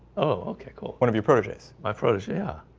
oh, okay cool one of your purchase my protegee yeah,